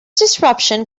disruption